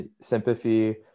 sympathy